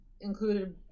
included